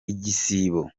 igisibo